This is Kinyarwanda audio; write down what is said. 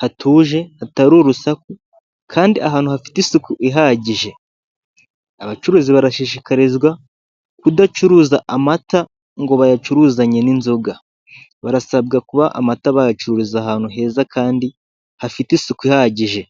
hatuje hata urusaku kandi ahantu hafite isuku ihagije abacuruzi barashishikarizwa kudacuruza amata ngo bayacuruzanye n'inzoga barasabwa kuba amata bayacuruririza ahantu heza kandi hafite isuku ihagije.